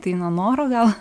tai nuo noro gal